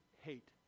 hate